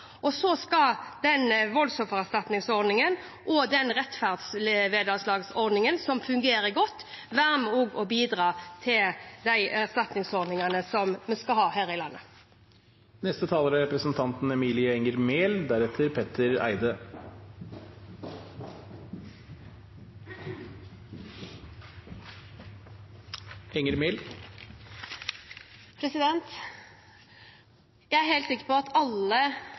Og så skal voldsoffererstatningsordningen og rettferdsvederlagsordningen, som fungerer godt, også være med å bidra med hensyn til de erstatningsordningene som vi skal ha her i landet. Jeg er helt sikker på at alle her er enige om at dette er